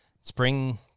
spring